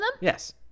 Yes